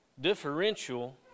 Differential